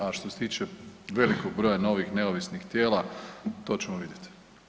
A što se tiče velikog broja novih neovisnih tijela to ćemo vidjet.